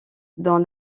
dans